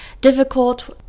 difficult